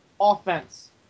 offense